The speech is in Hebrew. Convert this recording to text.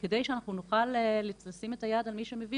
כדי שאנחנו נוכל לשים את היד על מי שמביא